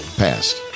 passed